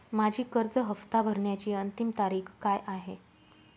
माझी कर्ज हफ्ता भरण्याची अंतिम तारीख काय आहे?